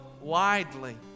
widely